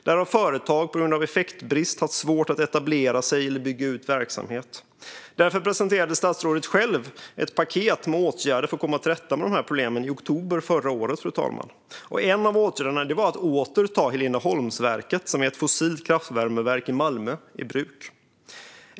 Där har företag på grund av effektbrist haft svårt att etablera sig eller bygga ut verksamhet. Därför presenterade statsrådet själv ett paket med åtgärder för att komma till rätta med de här problemen i oktober förra året, fru talman. En av åtgärderna var att åter ta Heleneholmsverket, som är ett fossilt kraftvärmeverk i Malmö, i bruk.